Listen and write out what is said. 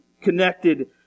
Connected